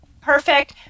perfect